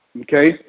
okay